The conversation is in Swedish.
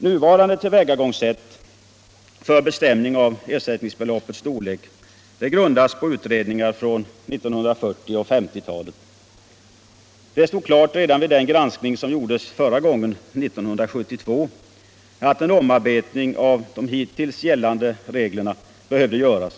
Nuvarande tillvägagångssätt för bestämning av ersättningsbeloppets storlek grundas på utredningar från 1940 och 1950-talen. Det stod klart redan vid den granskning som gjordes förra gången, 1972, att en omarbetning av hittills gällande regler behövde göras.